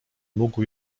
mógł